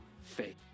faith